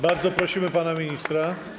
Bardzo prosimy pana ministra.